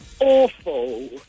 awful